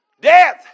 Death